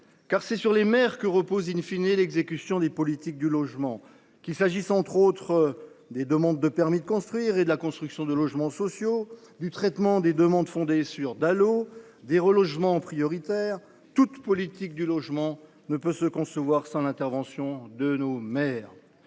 car c’est sur les maires que repose l’exécution des politiques du logement. Qu’il s’agisse, entre autres exemples, des demandes de permis de construire, de la construction des logements sociaux, du traitement des demandes fondées sur le droit au logement opposable, des relogements prioritaires, aucune politique du logement ne peut se concevoir sans l’intervention de nos maires.